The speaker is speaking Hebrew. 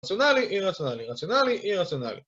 רציונלי, אי רציונלי, רציונלי, אי רציונלי